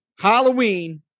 Halloween